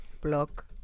Block